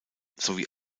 sowie